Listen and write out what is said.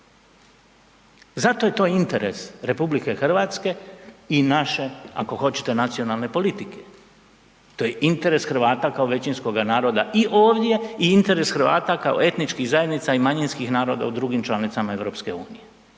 Zato je to interes RH i naše, ako hoćete, nacionalne politike. To je interes Hrvata kao većinskoga naroda i ovdje i interes Hrvata kao etničkih zajednica i manjinskih naroda u drugim članicama EU.